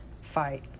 fight